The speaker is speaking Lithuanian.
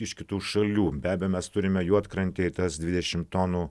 iš kitų šalių be abejo mes turime juodkrantėj tas dvidešim tonų